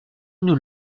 nous